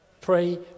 Pray